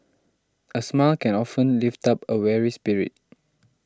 a smile can often lift up a weary spirit